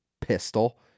pistol